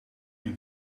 een